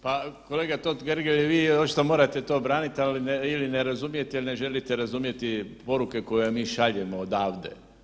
Pa kolega Totgergeli vi očito morate to branit ili ne razumijete ili ne želite razumjeti poruke koje mi šaljemo odavde.